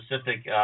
specific